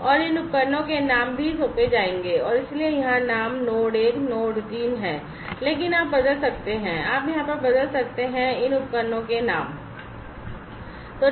और इन उपकरणों के नाम भी सौंपे जाएंगे और इसलिए यहां नाम नोड 1 और नोड 3 हैं लेकिन आप बदल सकते हैं आप इन उपकरणों के नाम बदल सकते हैं